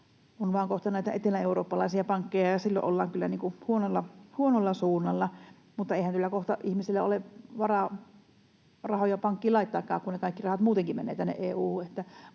vain näitä eteläeurooppalaisia pankkeja. Silloin ollaan kyllä huonolla suunnalla, mutta eihän kyllä kohta ihmisillä ole varaa rahoja pankkiin laittaakaan, kun ne kaikki rahat muutenkin menevät EU:hun.